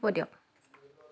হ'ব দিয়ক